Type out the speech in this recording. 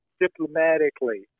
diplomatically